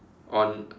on